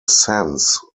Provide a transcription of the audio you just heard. sense